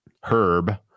Herb